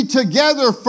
together